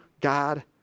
God